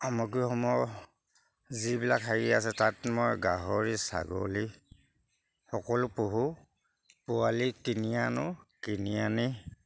সামগ্ৰীসমূহ যিবিলাক হেৰি আছে তাত মই গাহৰি ছাগলী সকলো পোহোঁ পোৱালি কিনি আনোঁ কিনি আনি